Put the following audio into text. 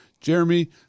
Jeremy